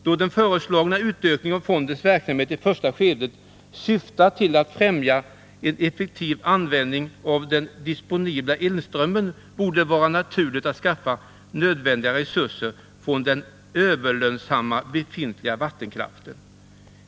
Då den föreslagna utökningen av fondens verksamhet i första skedet syftar till att främja en effektiv användning av den disponibla elströmmen, borde det vara naturligt att skaffa nödvändiga resurser från den ”överlönsamma” befintliga vattenkraften.